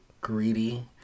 greedy